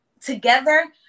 together